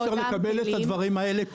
אי-אפשר לקבל את הדברים האלה,